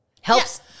Helps